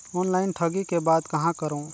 Online ठगी के बाद कहां करों?